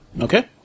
Okay